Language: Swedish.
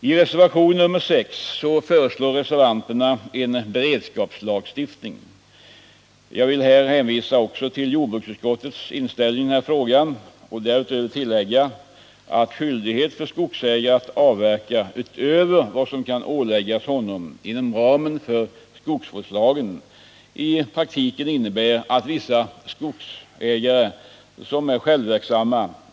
I reservation nr 6 föreslås en beredskapslagstiftning. Jag vill hänvisa till jordbruksutskottets in ällning i denna fråga och därutöver tillägga att skyldighet för skogsägare att avverka. utöver vad som kan åläggas honom inom ramen för skogsvårdslagen. i praktiken innebär att vissa skogsägare. som är självverksamma.